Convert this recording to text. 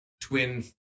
twin